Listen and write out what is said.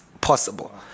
possible